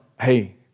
hey